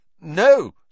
No